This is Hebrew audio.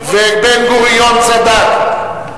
ובן-גוריון צדק.